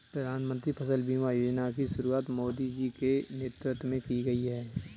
प्रधानमंत्री फसल बीमा योजना की शुरुआत मोदी जी के नेतृत्व में की गई है